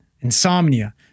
insomnia